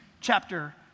chapter